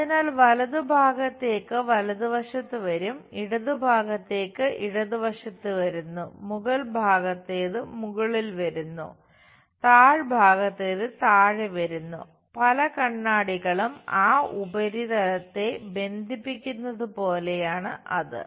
അതിനാൽ വലതു ഭാഗത്തേത് വലതുവശത്ത് വരും ഇടതു ഭാഗത്തേത് ഇടതുവശത്ത് വരുന്നു മുകൾ ഭാഗത്തേത് മുകളിൽ വരുന്നു താഴ്ഭാഗത്തേത് താഴെ വരുന്നു പല കണ്ണാടികളും ആ ഉപരിതലത്തെ ബന്ധിപ്പിക്കുന്നതുപോലെയാണ് അത്